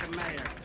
mayor.